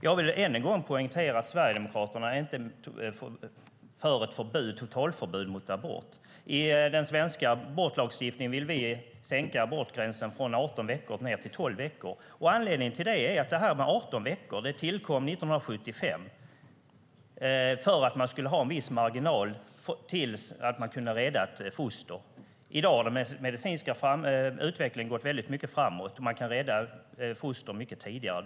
Jag vill än en gång poängtera att Sverigedemokraterna inte är för ett totalförbud mot abort. I den svenska abortlagstiftningen vill vi sänka abortgränsen från 18 veckor ned till 12 veckor. Anledningen till det är att 18 veckor tillkom 1975 för att man skulle ha en viss marginal till när man kunde rädda ett foster. I dag har den medicinska utvecklingen gått väldigt mycket framåt. Man kan rädda foster mycket tidigare.